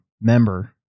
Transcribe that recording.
member